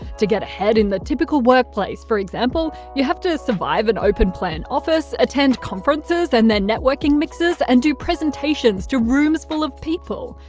to get ahead in a typical workplace, for example, you have to survive an open plan office, attend conferences and their networking mixers and do presentations to rooms full of people.